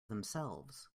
themselves